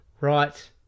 right